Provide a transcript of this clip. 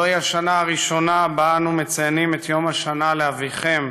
זוהי השנה הראשונה שבה אנו מציינים את יום השנה לאביכם